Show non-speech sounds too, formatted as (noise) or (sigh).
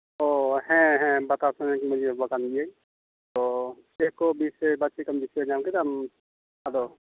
ᱚ ᱦᱮᱸ ᱦᱮᱸ ᱵᱟᱛᱟᱥᱳᱞ ᱢᱟᱺᱡᱷᱤ ᱵᱟᱵᱟ ᱠᱟᱱ ᱜᱤᱭᱟᱹᱧ ᱛᱚ ᱪᱮᱫ ᱠᱚ (unintelligible) ᱫᱤᱥᱟᱹ ᱧᱟᱢ ᱠᱮᱫᱟ ᱟᱫᱚ